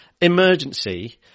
emergency